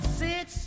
six